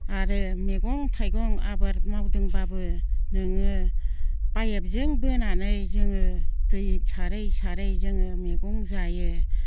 आरो मैगं थाइगं आबाद मावदोंबाबो नोङो पाइपजों बोनानै जोङो दै सारै सारै जोङो मैगं जायो